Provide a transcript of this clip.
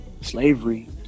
slavery